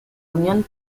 unión